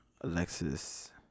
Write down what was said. Alexis